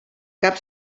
cap